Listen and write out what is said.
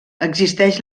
existeix